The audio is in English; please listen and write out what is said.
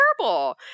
terrible